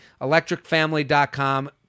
electricfamily.com